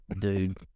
Dude